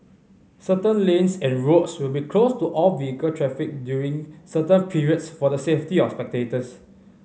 certain lanes and roads will be closed to all vehicle traffic during certain periods for the safety of spectators